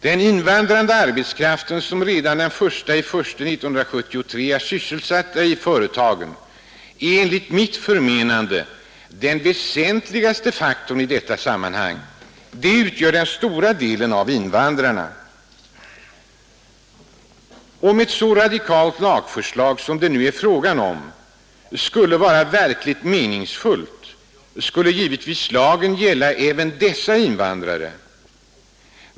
Den invandrande arbetskraften, som redan den 1 januari 1973 är sysselsatt i företagen, är enligt mitt förmenande den väsentligaste faktorn i detta sammanhang; de människorna utgör den stora andelen av invandrarna. Om ett så radikalt lagförslag som det nu ifrå avarande skulle vara verkligt meningsfullt skulle givetvis lagen gälla även dessa invandrare.